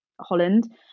Holland